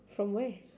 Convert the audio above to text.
from where